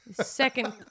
second